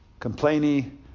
complainy